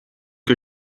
que